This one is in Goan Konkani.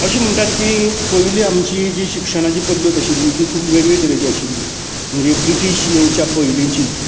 अशें म्हणटात की पयली आमची जी शिक्षणाची पद्दत आशिल्ली ती खूब वेगळे तरेची आशिल्ली म्हणजे ब्रिटीश येवच्या पयलिचीं